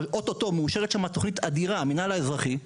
או אוטוטו מאושרת שם תוכנית אדירה של המינהל האזרחי,